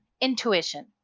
intuition